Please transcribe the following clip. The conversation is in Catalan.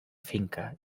finca